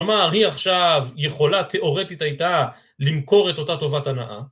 כלומר, היא עכשיו יכולה תאורטית הייתה למכור את אותה טובת הנאה.